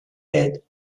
est